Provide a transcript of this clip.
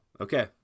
okay